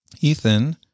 Ethan